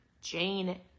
Jane